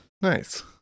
Nice